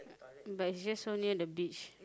but it's just so near the beach